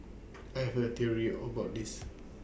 I have A theory about this